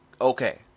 okay